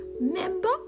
member